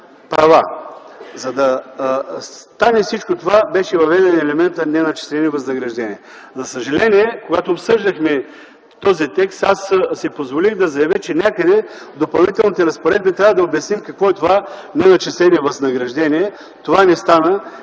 права. За да стане всичко това беше въведен елементът „неначислени възнаграждения”. За съжаление, когато обсъждахме този текст, аз си позволих да заявя, че някъде в Допълнителните разпоредби трябва да обясним какво е това „неначислени възнаграждения”. Това не стана,